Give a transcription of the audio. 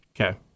Okay